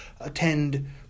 attend